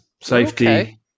Safety